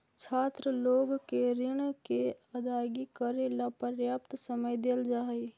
छात्र लोग के ऋण के अदायगी करेला पर्याप्त समय देल जा हई